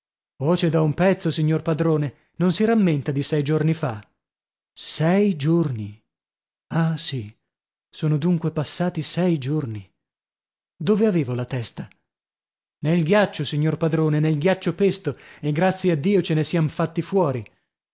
oh c'è da un pezzo signor padrone non si rammenta di sei giorni fa sei giorni ah sì sono dunque passati sei giorni dove avevo la testa nel ghiaccio signor padrone nel ghiaccio pesto e grazie a dio ce ne siam fatti fuori